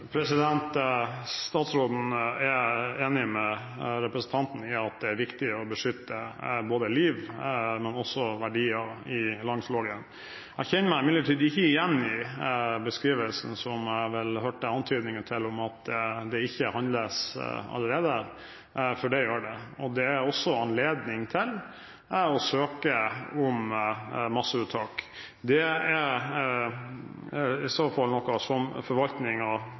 Statsråden er enig med representanten i at det er viktig å beskytte både liv og verdier langs Lågen. Jeg kjenner meg imidlertid ikke igjen i den beskrivelsen som jeg vel hørte antydninger til, at det ikke handles allerede – for det gjøres. Det er også anledning til å søke om masseuttak. Det er i så fall noe som